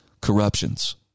corruptions